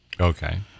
Okay